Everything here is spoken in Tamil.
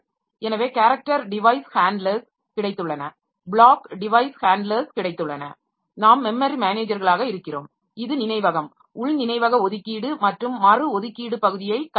எனவே கேரக்டர் டிவைஸ் ஹேண்ட்லர்ஸ் கிடைத்துள்ளன பிளாக் டிவைஸ் ஹேண்ட்லர்ஸ் கிடைத்துள்ளன நாம் மெமரி மேனேஜர்களாக இருக்கிறோம் இது நினைவகம் உள் நினைவக ஒதுக்கீடு மற்றும் மறுஒதுக்கீடு பகுதியை கையாளும்